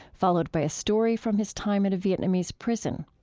followed by a story from his time at a vietnamese prison.